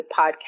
podcast